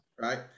right